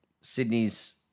Sydney's